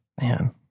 Man